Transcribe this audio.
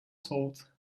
salt